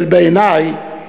אבל בעינַי,